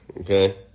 okay